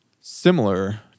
similar